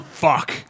fuck